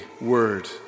word